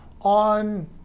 on